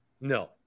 No